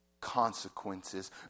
consequences